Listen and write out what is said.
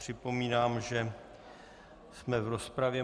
Připomínám, že jsme v rozpravě.